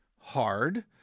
Hard